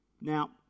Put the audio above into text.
Now